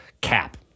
cap